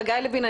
חגי לוין,